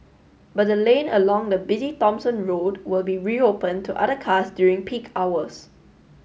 but the lane along the busy Thomson Road will be reopened to other cars during peak hours